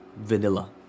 vanilla